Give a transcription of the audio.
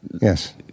yes